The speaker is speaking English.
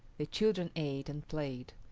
the children ate and played.